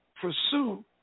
pursue